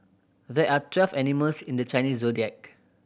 there are twelve animals in the Chinese Zodiac